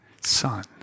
son